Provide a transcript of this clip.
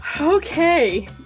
okay